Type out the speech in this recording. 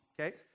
okay